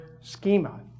schema